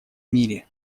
мире